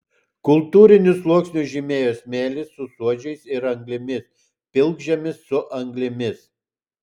kultūrinius sluoksnius žymėjo smėlis su suodžiais ir anglimis pilkžemis su anglimis